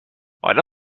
حالا